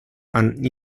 and